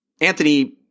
Anthony